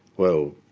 well,